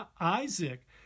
Isaac